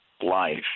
life